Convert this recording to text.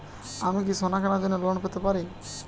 আমি কি সোনা কেনার জন্য লোন পেতে পারি?